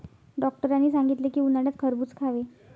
डॉक्टरांनी सांगितले की, उन्हाळ्यात खरबूज खावे